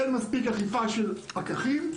אין מספיק אכיפה של פקחים,